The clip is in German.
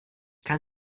kann